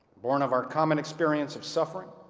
born of our common experience of suffering,